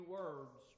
words